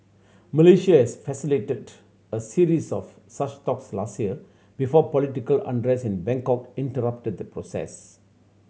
Malaysia has facilitated a series of such talks last year before political unrest in Bangkok interrupted the process